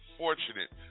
fortunate